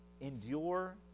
endure